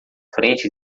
frente